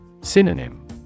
Synonym